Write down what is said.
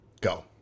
go